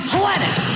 Planet